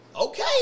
okay